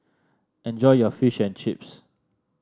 enjoy your Fish and Chips